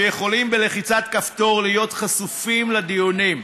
שיוכלו בלחיצת כפתור להיות חשופים לדיונים.